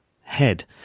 head